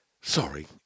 Sorry